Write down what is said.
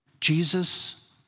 Jesus